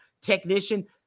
technician